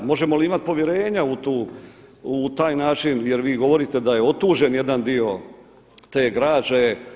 Možemo li imati povjerenja u taj način, jer vi govorite da je otuđen jedan dio te građe?